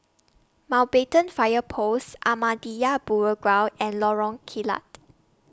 Mountbatten Fire Post Ahmadiyya Burial Ground and Lorong Kilat